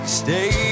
stay